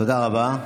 תודה רבה.